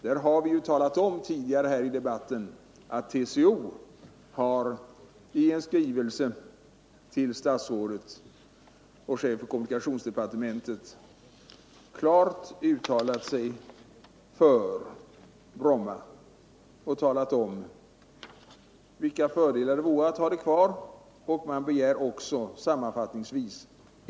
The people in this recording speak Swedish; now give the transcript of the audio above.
Vi har ju tidigare här i debatten talat om 29 att TCO i en skrivelse till statsrådet och chefen för kommunikationsdepartementet klart talat om vilka fördelar det vore att ha Bromma flygplats kvar. Man begär också en utredning.